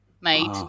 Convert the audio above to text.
made